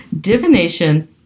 Divination